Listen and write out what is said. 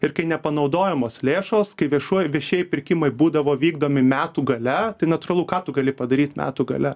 ir kai nepanaudojamos lėšos kai viešuoju viešieji pirkimai būdavo vykdomi metų gale tai natūralu ką tu gali padaryt metų gale